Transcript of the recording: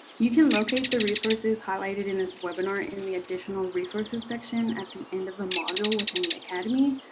you can locate the resources highlighted in this webinar in the additional resources section at the end of the module within the academy,